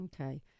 Okay